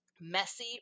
messy